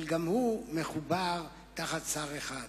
אבל גם הוא מחובר תחת שר אחר.